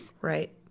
Right